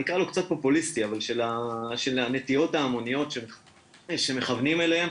נקרא לו קצת פופוליסטי של הנטיעות ההמוניות שמכוונים אליהם.